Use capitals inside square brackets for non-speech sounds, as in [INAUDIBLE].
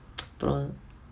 [NOISE] பரவால:paravaala